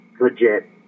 legit